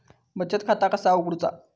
बचत खाता कसा उघडूचा?